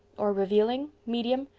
or revealing. medium,